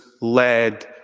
led